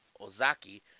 Ozaki